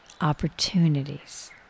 opportunities